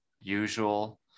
usual